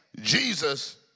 Jesus